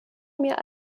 mir